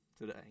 today